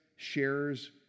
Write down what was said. Shares